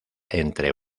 entre